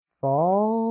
Fall